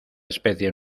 especie